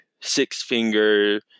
six-finger